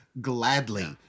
gladly